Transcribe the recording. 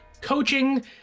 coaching